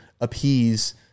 appease